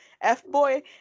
F-Boy